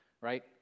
right